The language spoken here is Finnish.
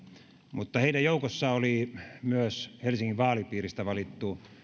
mutta heidän joukossaan oli myös helsingin vaalipiiristä valittu